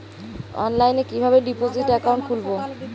অনলাইনে কিভাবে deposit account খুলবো?